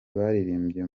baririmbye